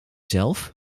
zelf